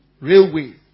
railway